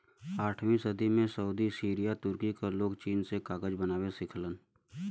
आठवीं सदी में सऊदी सीरिया तुर्की क लोग चीन से कागज बनावे सिखलन